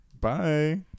Bye